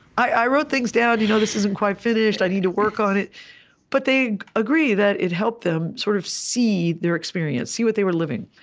i wrote things down. you know this isn't quite finished. i need to work on it but they agree that it helped them sort of see their experience, see what they were living.